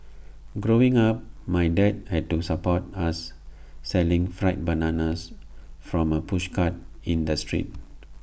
growing up my dad had to support us selling fried bananas from A pushcart in the street